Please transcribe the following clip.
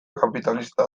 kapitalista